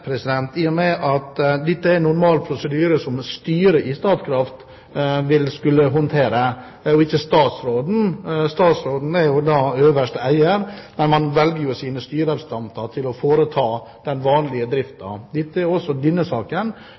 i og med at dette er en normal prosedyre som styret i Statkraft skulle håndtere, og ikke statsråden. Statsråden er øverste eier, men man velger jo sine styrerepresentanter til å stå for den vanlige driften. Også denne saken